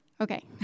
okay